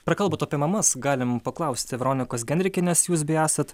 prakalbot apie mamas galim paklausti veronikos genrikienės jūs beje esat